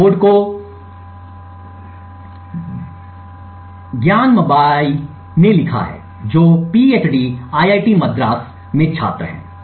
इस कोड को ज्ञानमबाई ने लिखा है जो पीएचडी PhD आईआईटी मद्रास में छात्र है